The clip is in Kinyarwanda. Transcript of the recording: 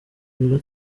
biro